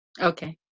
okay